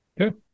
Okay